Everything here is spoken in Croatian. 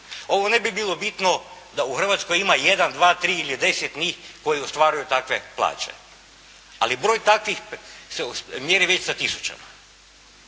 Ovo ne bi bilo bitno da u Hrvatskoj ima 1, 2, 3 ili 10 njih koji ostvaruju takve plaće, ali broj takvih se mjeri već sa tisućama.